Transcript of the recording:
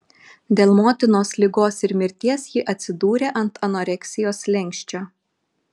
dėl motinos ligos ir mirties ji atsidūrė ant anoreksijos slenksčio